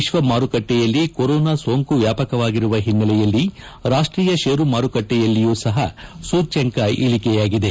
ವಿಶ್ವ ಮಾರುಕಟ್ಷೆಯಲ್ಲಿ ಕೊರೋನಾ ಸೋಂಕು ವ್ಯಾಪಕವಾಗಿರುವ ಹಿನ್ನೆಲೆಯಲ್ಲಿ ರಾಷ್ಟೀಯ ಷೇರುಮಾರುಕಟ್ಟೆಯಲ್ಲಿಯೂ ಸೂಚ್ಯಂಕ ಇಳಿಕೆಯಾಗಿದೆ